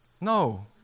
no